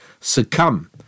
succumb